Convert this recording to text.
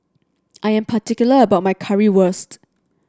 I am particular about my Currywurst